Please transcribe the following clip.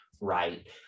right